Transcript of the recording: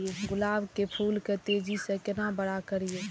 गुलाब के फूल के तेजी से केना बड़ा करिए?